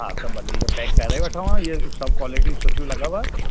हा त भले इहो पैक करे वठो हां इओ सभु क़्वालिटियूं सुठियूं लॻव